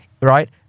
Right